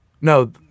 No